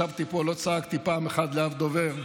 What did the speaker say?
ישבתי פה, לא צעקתי פעם אחת לאף דובר.